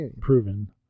proven